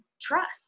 trust